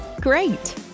Great